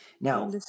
Now